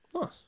Nice